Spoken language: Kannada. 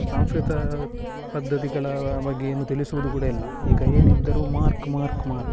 ಸಂಸ್ಕೃತ ಪದ್ಧತಿಗಳ ಬಗ್ಗೆ ಏನು ತಿಳಿಸುವುದು ಕೂಡ ಇಲ್ಲ ಈಗ ಏನಿದ್ದರೂ ಮಾರ್ಕ್ ಮಾರ್ಕ್ ಮಾರ್ಕ್